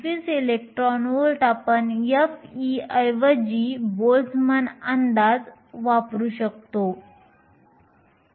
25 electron volts आपण f ऐवजी Boltzmann अंदाज वापरू शकतो